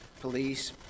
police